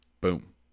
boom